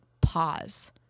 pause